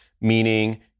meaning